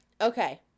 okay